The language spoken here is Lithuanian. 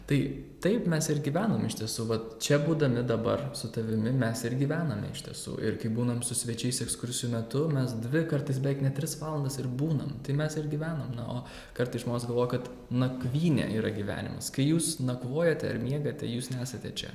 tai taip mes ir gyvenam iš tiesų vat čia būdami dabar su tavimi mes ir gyvename iš tiesų ir kai būnam su svečiais ekskursijų metu mes dvi kartais beveik net tris valandas ir būnam tai mes ir gyvenam o kartais žmonės galvoja kad nakvynė yra gyvenimas kai jūs nakvojate ar miegate jūs nesate čia